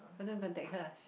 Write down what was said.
better go and contact her ah